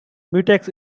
mutex